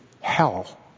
hell